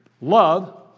love